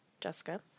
Jessica